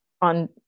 on